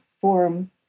form